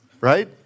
right